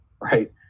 right